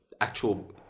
actual